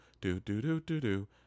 Do-do-do-do-do